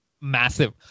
massive